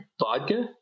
vodka